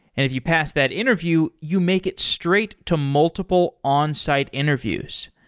if you pass that interview, you make it straight to multiple onsite interviews.